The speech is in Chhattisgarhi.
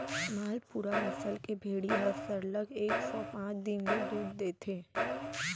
मालपुरा नसल के भेड़ी ह सरलग एक सौ पॉंच दिन ले दूद देथे